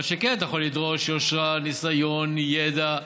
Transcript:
מה שכן, אתה יכול לדרוש יושרה, ניסיון, ידע,